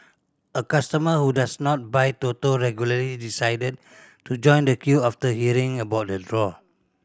a customer who does not buy Toto regularly decided to join the queue after hearing about the draw